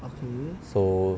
so